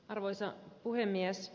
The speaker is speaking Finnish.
arvoisa puhemies